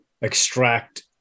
extract